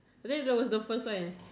and then was the first one is